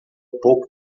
pouco